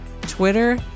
Twitter